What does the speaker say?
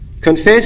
confess